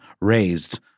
raised